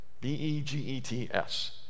B-E-G-E-T-S